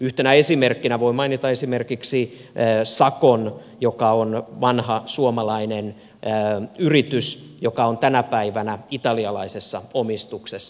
yhtenä esimerkkinä voin mainita esimerkiksi sakon joka on vanha suomalainen yritys joka on tänä päivänä italialaisessa omistuksessa